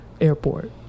Airport